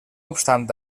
obstant